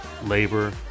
Labor